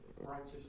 righteous